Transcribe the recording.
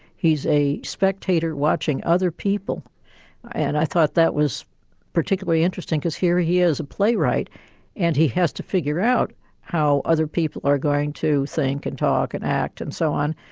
he's a spectator watching other people and i thought that was particularly interesting because here he is a playwright and he has to figure out how other people are going to think, and talk, and act, and so on,